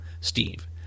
Steve